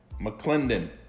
McClendon